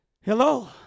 Hello